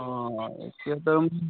অঁ এতিয়াতো